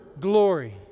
glory